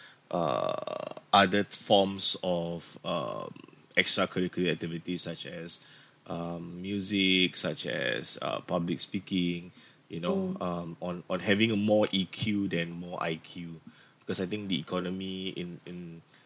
uh other forms of um extra curricular activities such as um music such as um public speaking you know um on on having a more E_Q the nmore I_Q because I think the economy in in